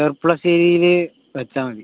ചെർപ്പുളശ്ശേരിയിൽ വച്ചാൽ മതി